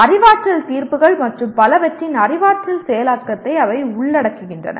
அறிவாற்றல் தீர்ப்புகள் மற்றும் பலவற்றின் அறிவாற்றல் செயலாக்கத்தை அவை உள்ளடக்குகின்றன